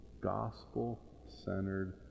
gospel-centered